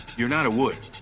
you're not a wood.